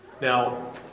Now